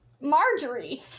Marjorie